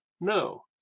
No